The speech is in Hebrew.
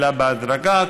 אלא בהדרגה,